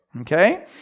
Okay